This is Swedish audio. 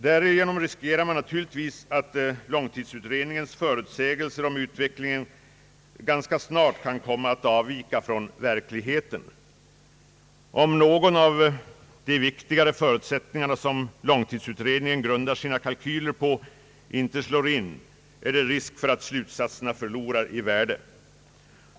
Därigenom riskerar man naturligtvis att långtidsutredningens förutsägelser om utvecklingen ganska snart kan komma att avvika från verkligheten. Om någon av de viktigare förutsättningar som långtidsutredningen grundar sina kalkyler på inte slår in, är det risk för att slutsatserna förlorar i värde.